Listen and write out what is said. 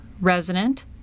resident